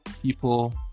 people